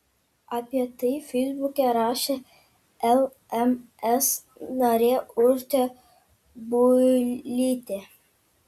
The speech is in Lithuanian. apie tai feisbuke rašė lms narė urtė builytė